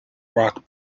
rock